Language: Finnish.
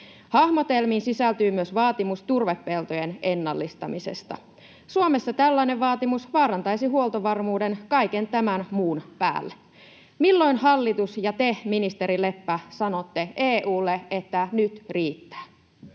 Hahmotelmiin sisältyy myös vaatimus turvepeltojen ennallistamisesta. [Petri Huru: Ohoh!] Suomessa tällainen vaatimus vaarantaisi huoltovarmuuden kaiken tämän muun päälle. Milloin hallitus ja te, ministeri Leppä, sanotte EU:lle, että nyt riittää?